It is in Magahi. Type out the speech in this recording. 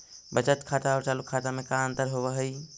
बचत खाता और चालु खाता में का अंतर होव हइ?